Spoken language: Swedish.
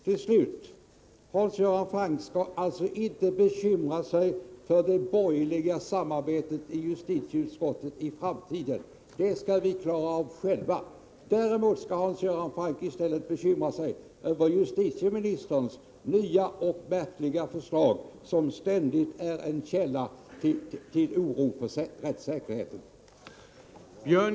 Till slut: Hans Göran Franck skall inte bekymra sig inför det borgerliga samarbetet i justitieutskottet i framtiden; det skall vi klara av själva. Däremot skall han bekymra sig över justitieministerns nya och märkliga förslag, som ständigt är en källa till oro för rättssäkerheten.